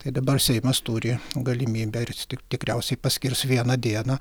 tai dabar seimas turi galimybę ir jis ti tikriausiai paskirs vieną dieną